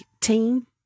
team